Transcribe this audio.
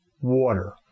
water